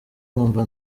nkumva